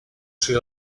шри